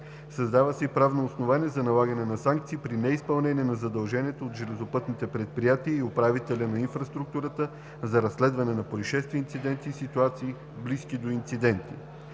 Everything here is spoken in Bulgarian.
Създава се и правно основание за налагането на санкции при неизпълнение на задълженията от железопътните предприятия и управителя на инфраструктурата за разследване на произшествия, инциденти и ситуации, близки до инциденти.